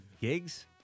gigs